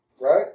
right